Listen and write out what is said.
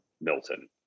Milton